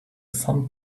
sun